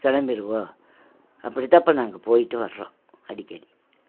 கிளம்பிடுவோம் அப்படிதான் இப்போ நாங்கள் போய்ட்டு வர்றோம் அடிக்கடி